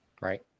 Right